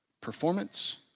performance